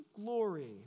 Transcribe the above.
glory